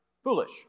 Foolish